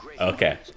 okay